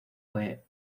fue